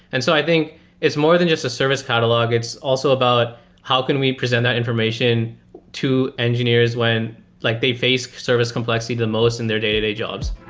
and so i think it's more than jus t a service catalog. it's also about how can we present that information to engineers when like they face service complexity the most in their day-to-day jobs.